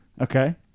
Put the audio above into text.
Okay